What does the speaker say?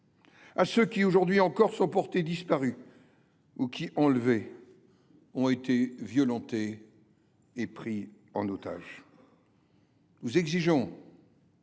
à ceux qui, aujourd’hui encore, sont portés disparus ou qui, enlevés, ont été violentés et pris en otage. Nous exigeons